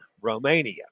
Romania